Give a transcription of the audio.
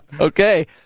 Okay